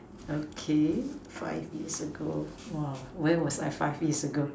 okay five years ago !wow! where was I five years ago